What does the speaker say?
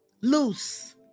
loose